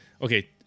Okay